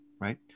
right